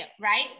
right